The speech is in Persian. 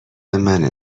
منه